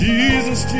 Jesus